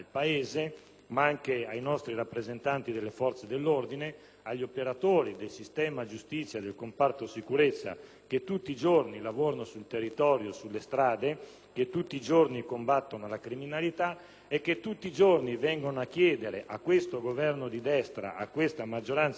ma anche ai nostri rappresentanti delle forze dell'ordine, agli operatori del sistema giustizia e del comparto sicurezza, che tutti i giorni lavorano sul territorio e sulle strade, che tutti i giorni combattono la criminalità e che tutti i giorni vengono a chiedere a questo Governo e a questa maggioranza di destra